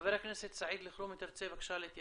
חבר הכנסת סעיד אלחרומי, תרצה להתייחס?